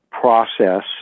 process